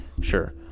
Sure